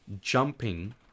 jumping